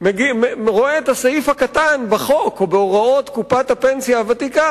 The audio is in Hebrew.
את הסעיף הקטן בחוק או בהוראות קופת הפנסיה הוותיקה,